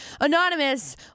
Anonymous